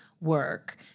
work